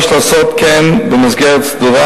יש לעשות כן במסגרת סדורה,